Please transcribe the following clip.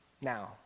Now